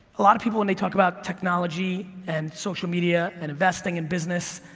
a lot of people when they talk about technology and social media and investing in business,